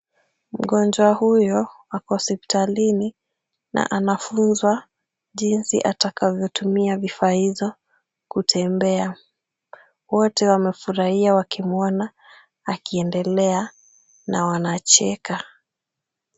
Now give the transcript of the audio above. Mgonjwa huyo ako hospitalini na anafunzwa jinsi atakavyotumia vifaa hizo kutembea. Wote wamefurahia wakimwona akiendelea na wanacheka.